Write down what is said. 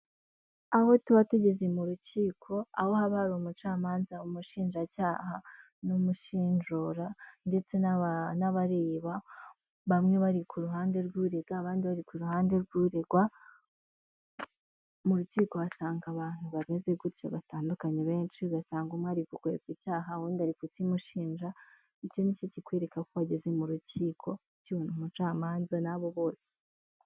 Aho tuba tugeze mu rukiko, aho haba hari umucamanza, umushinjacyaha n'umushinjura ndetse n'abareba bamwe bari ku ruhande rw'urega abandi bari ku ruhande rw'uregwa, mu rukiko uhasanga abantu bameze gutyo batandukanye benshi ugasanga umwe ari gukwepa icyaha uwundi ari kukimushinja ndetse nicyo kikwereka ko wageze mu rukiko ukibona umucamanza n'abo bose.